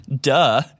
Duh